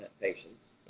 patients